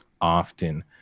often